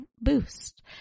boost